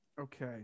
Okay